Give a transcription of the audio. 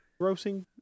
grossing